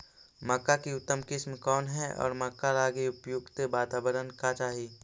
मक्का की उतम किस्म कौन है और मक्का लागि उपयुक्त बाताबरण का चाही?